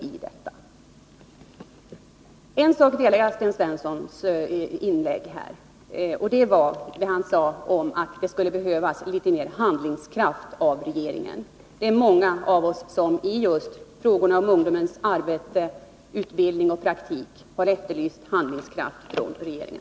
Om en sak är jag överens med Sten Svensson, nämligen att det skulle behövas mer handlingskraft av regeringen. Det är många av oss som i frågorna om ungdomens arbete, utbildning och praktik har efterlyst handlingskraft hos regeringen.